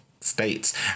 states